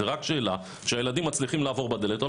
זה רק שאלה שהילדים מצליחים לעבור בדלת או